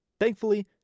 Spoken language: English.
Thankfully